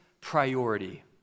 priority